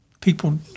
people